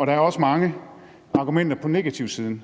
Der er også mange argumenter på negativsiden,